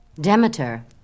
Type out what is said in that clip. Demeter